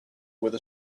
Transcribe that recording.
with